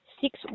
Six